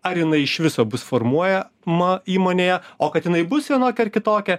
ar jinai iš viso bus formuoja ma įmonėje o kad jinai bus vienokia ar kitokia